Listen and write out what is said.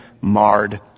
marred